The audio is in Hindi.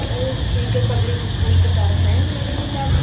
यही डी के पब्लिक इस्कूल के पास है मेरी दुकान